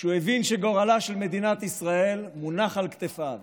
כשהוא הבין שגורלה של מדינת ישראל מונח על כתפיו